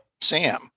Sam